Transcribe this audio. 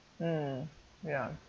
mm ya